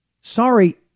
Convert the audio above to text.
sorry